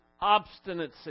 Obstinacy